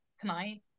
tonight